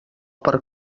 per